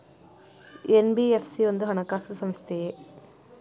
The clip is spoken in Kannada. ಎನ್.ಬಿ.ಎಫ್.ಸಿ ಒಂದು ಹಣಕಾಸು ಸಂಸ್ಥೆಯೇ?